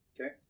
Okay